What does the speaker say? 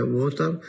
water